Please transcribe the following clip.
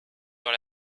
dans